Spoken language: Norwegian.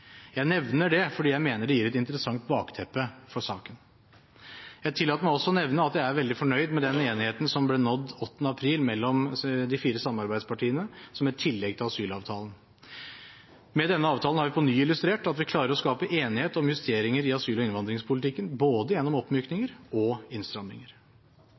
Jeg nevner det fordi jeg mener det gir et interessant bakteppe for saken. Jeg tillater meg også å nevne at jeg er veldig fornøyd med den enigheten som ble nådd 8. april mellom de fire samarbeidspartiene om et tillegg til asylavtalen. Med denne avtalen har vi på ny illustrert at vi klarer å skape enighet om justeringer i asyl- og innvandringspolitikken – både gjennom oppmykninger og